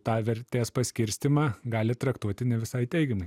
tą vertės paskirstymą gali traktuoti ne visai teigiamai